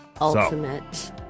Ultimate